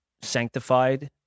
sanctified